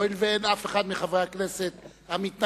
הואיל ואין אף אחד מחברי הכנסת המתנגד,